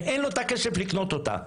ואין לו כסף לקנות אותה.